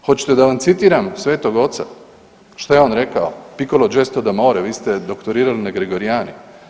Hoćete da vam citiram Svetog Oca što je on rekao, „Piccolo gesto d'amore“, vi ste doktorirali na Gregoriani.